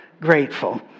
grateful